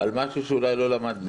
על משהו שאולי לא למדנו,